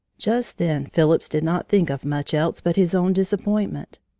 just then phillips did not think of much else but his own disappointment.